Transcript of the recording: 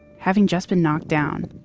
having just been knocked down,